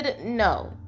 No